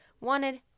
wanted